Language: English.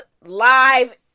live